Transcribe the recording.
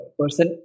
person